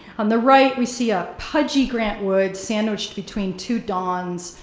on the right we see a pudgy grant wood sandwiched between two dons,